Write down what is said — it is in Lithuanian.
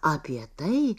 apie tai